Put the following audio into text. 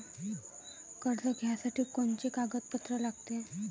कर्ज घ्यासाठी कोनचे कागदपत्र लागते?